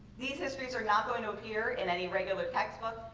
these histories are not going to appear in any regular textbook.